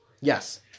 Yes